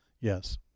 Yes